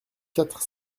quatre